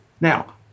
Now